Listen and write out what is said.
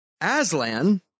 Aslan